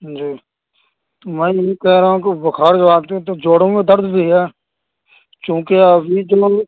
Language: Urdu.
جی میں یہ کہہ رہا ہوں کہ بخار جب آتی ہے تو جوڑوں میں درد بھی ہے کیونکہ ابھی جو